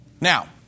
Now